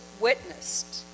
witnessed